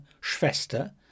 Schwester